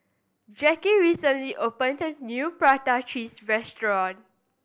Jacky recently opened new prata cheese restaurant